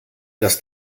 dass